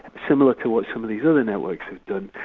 similar to what some of these other networks have done,